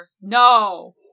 No